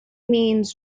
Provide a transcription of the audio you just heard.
means